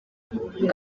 ngo